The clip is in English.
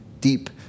deep